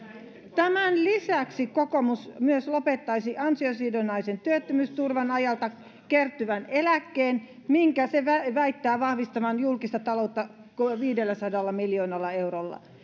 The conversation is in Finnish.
tämän lisäksi kokoomus myös lopettaisi ansiosidonnaisen työttömyysturvan ajalta kertyvän eläkkeen minkä se väittää vahvistavan julkista taloutta viidelläsadalla miljoonalla eurolla